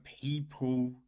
people